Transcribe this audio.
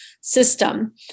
system